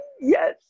Yes